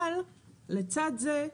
אבל לצד זה,